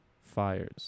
fires